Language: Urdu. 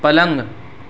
پلنگ